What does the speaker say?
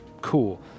cool